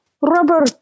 Rubber